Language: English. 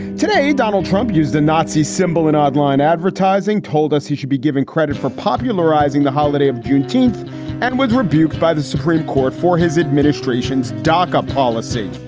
today, donald trump used a nazi symbol in online advertising, told us he should be given credit for popularizing the holiday of juneteenth and was rebuked by the supreme court for his administration's doca policy.